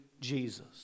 Jesus